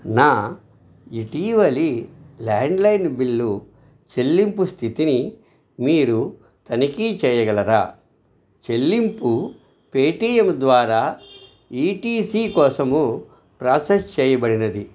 నా ఇటీవలి landline bill చెల్లింపు స్థితిని మీరు తనిఖీ చేయగలరా చెల్లింపు పేటీఎం ద్వారా ఈ టీ సీ కోసము ప్రాసెస్ చేయబడినది